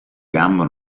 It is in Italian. gambo